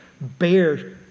bear